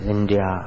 India